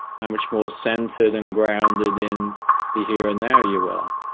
how much more centered and grounded in the here and now you are.